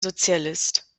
sozialist